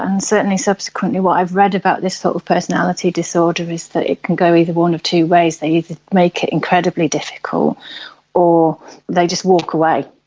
and certainly subsequently what i've read about this sort of personality disorder is that it can go either one of two ways, they either make it incredibly difficult or they just walk away.